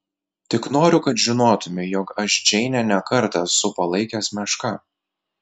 tik noriu kad žinotumei jog aš džeinę ne kartą esu palaikęs meška